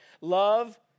Love